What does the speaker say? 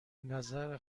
نظر